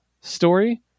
story